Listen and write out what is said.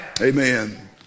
Amen